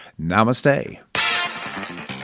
Namaste